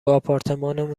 آپارتمانمون